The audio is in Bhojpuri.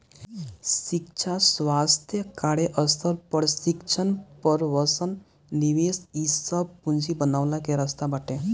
शिक्षा, स्वास्थ्य, कार्यस्थल प्रशिक्षण, प्रवसन निवेश इ सब पूंजी बनवला के रास्ता बाटे